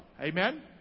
Amen